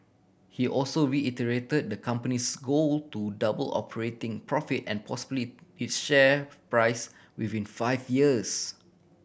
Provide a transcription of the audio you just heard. he also reiterate the company's goal to double operating profit and possibly its share price within five years